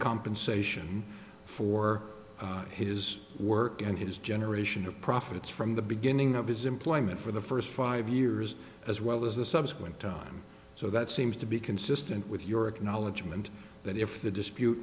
compensation for his work and his generation of profits from the beginning of his employment for the first five years as well as the subsequent time so that seems to be consistent with your acknowledgement that if the dispute